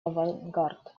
авангард